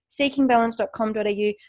seekingbalance.com.au